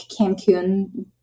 Cancun